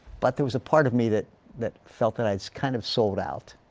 but there was a part of me that that felt that i had kind of sold out.